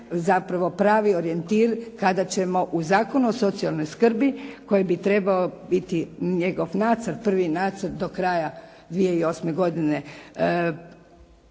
zapravo pravi orijentir kada ćemo u Zakonu o socijalnoj skrbi koji bi trebao biti njegov nacrt, prvi nacrt do kraja 2008. godine